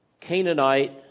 Canaanite